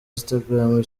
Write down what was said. instagram